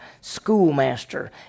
schoolmaster